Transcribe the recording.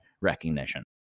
recognition